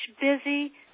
busy